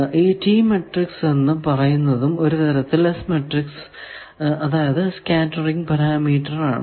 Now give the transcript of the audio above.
ഈ T matrix എന്ന് പറയുന്നതും ഒരു തരത്തിൽ S മാട്രിക്സ് അതായതു സ്കേറ്ററിങ് പാരാമീറ്റർ ആണ്